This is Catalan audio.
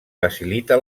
facilita